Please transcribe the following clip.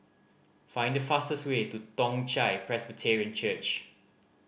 find the fastest way to Toong Chai Presbyterian Church